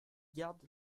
garde